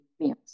meals